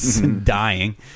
dying